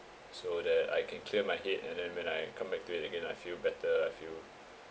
so that I can clear my head and then when I come back to it again I feel better I feel